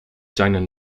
seinen